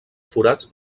forats